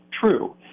true